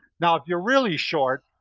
now, if you're really short,